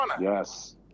Yes